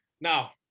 Now